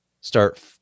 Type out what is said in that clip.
start